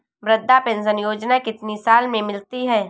वृद्धा पेंशन योजना कितनी साल से मिलती है?